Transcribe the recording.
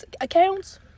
accounts